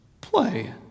play